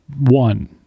one